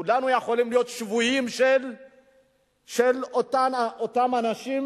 כולנו יכולים להיות שבויים של אותם אנשים